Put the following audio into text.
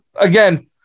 again